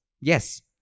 Yes